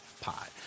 pod